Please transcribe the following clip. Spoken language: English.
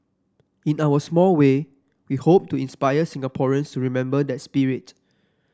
in our small way we hope to inspire Singaporeans to remember that spirit